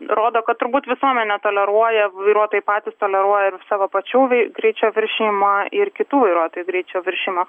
rodo kad turbūt visuomenė toleruoja vairuotojai patys toleruoja ir savo pačių greičio viršijimą ir kitų vairuotojų greičio viršijimą